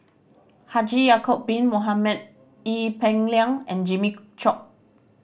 Haji Ya'acob Bin Mohamed Ee Peng Liang and Jimmy Chok